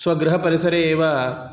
स्वगृहपरिसरे एव